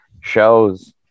shows